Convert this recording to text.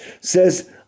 says